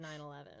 9/11